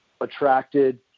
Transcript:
attracted